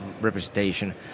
representation